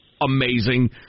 amazing